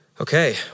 Okay